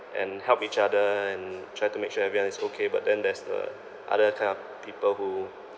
and help each other and try to make sure everyone is okay but then there's the other kind of people who